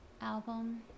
album